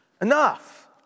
enough